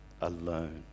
Alone